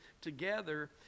together